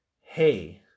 Hey